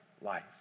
life